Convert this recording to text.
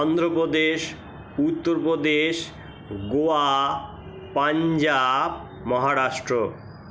Andhra Pradesh Uttar Pradesh Goa Punjab Maharashtra